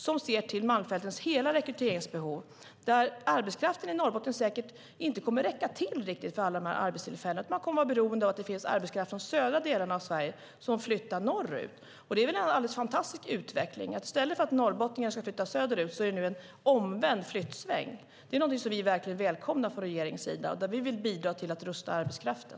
Den ser till Malmfältens hela rekryteringsbehov. Arbetskraften i Norrbotten kommer säkert inte att räcka till riktigt för alla arbetstillfällen. Man kommer att vara beroende av att det finns arbetskraft från de södra delarna av Sverige som flyttar norrut. Det är väl en alldeles fantastisk utveckling! I stället för att norrbottningar ska flytta söderut är det nu en omvänd flyttsväng. Det är någonting som vi verkligen välkomnar från regeringens sida. Vi vill bidra till att rusta arbetskraften.